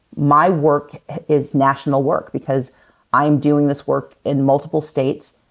my work is national work because i'm doing this work in multiple states.